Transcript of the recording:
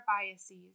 biases